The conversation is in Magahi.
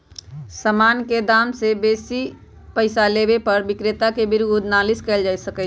समान के दाम से बेशी पइसा लेबे पर विक्रेता के विरुद्ध नालिश कएल जा सकइ छइ